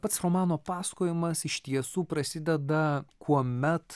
pats romano pasakojimas iš tiesų prasideda kuomet